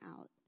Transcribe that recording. out